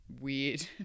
weird